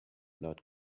not